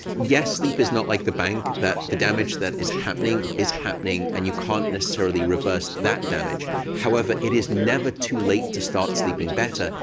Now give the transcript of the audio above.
yes, sleep is not like the bank that the damage that is happening is happening, and you can't necessarily reverse that damage. however, it is never too late to start sleeping better.